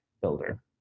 builder